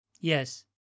yes